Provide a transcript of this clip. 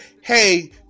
hey